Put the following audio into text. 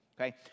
Okay